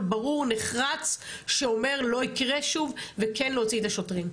ברור ונחרץ שאומר לא יקרה שוב וכן להוציא את השוטרים.